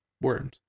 Worms